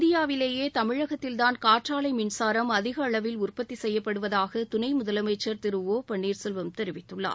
இந்தியாவிலேயேதமிழகத்தில் தான் காற்றாலைமின்சாரம் அதிகஅளவில் உற்பத்திசெய்யப்படுவதாகதுணைமுதலமைச்சர் திரு ஒ பள்னீர்செல்வம் தெரிவித்துள்ளார்